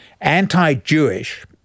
anti-Jewish